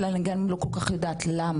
אבל אני גם לא כל כך יודעת למה.